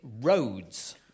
roads